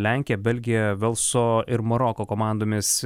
lenkija belgija velso ir maroko komandomis